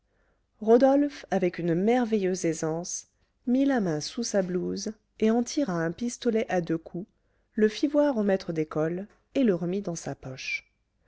rodolphe avec une merveilleuse aisance mit la main sous sa blouse et en tira un pistolet à deux coups le fit voir au maître d'école et le remit dans sa poche